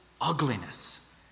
ugliness